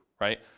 right